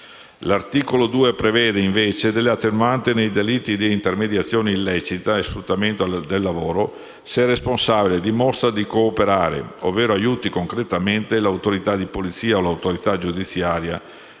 L'articolo 2 prevede invece delle attenuanti nei delitti di intermediazione illecita e sfruttamento del lavoro, se il responsabile dimostra di cooperare, ovvero aiuti concretamente l'autorità di polizia o l'autorità giudiziaria